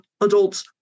adults